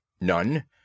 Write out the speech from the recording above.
None